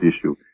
issue